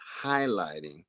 highlighting